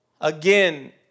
Again